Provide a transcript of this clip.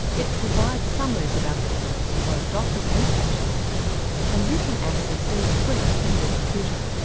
it provides summaries about the evidence for both doctors and patients and you can access these free from your computer.